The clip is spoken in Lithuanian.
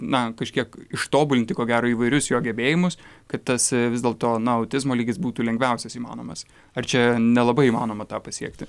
na kažkiek ištobulinti ko gero įvairius jo gebėjimus kad tas vis dėlto na autizmo lygis būtų lengviausias įmanomas ar čia nelabai įmanoma tą pasiekti